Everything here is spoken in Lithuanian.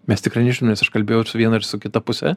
mes tikrai nežinom nes aš kalbėjau ir su viena ir su kita puse